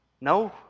No